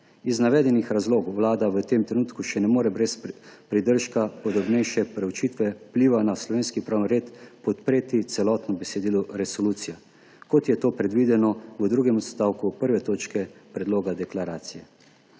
Iz navedenih razlogov Vlada v tem trenutku še ne more brez pridržka podrobnejše preučitve vpliva na slovenski pravni red podpreti celotnega besedila resolucije, kot je to predvideno v drugem odstavku I. točke predloga deklaracije.